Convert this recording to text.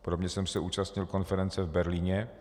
Podobně jsem se účastnil konference v Berlíně.